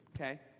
okay